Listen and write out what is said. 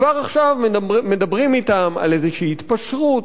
כבר עכשיו מדברים אתם על איזו התפשרות,